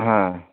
হ্যাঁ